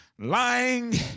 lying